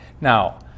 Now